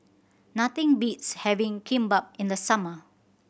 nothing beats having Kimbap in the summer